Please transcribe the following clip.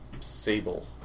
Sable